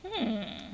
hmm